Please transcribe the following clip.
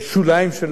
צריך לברך עליה.